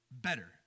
better